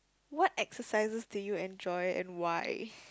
what exercises do you enjoy and why